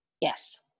Yes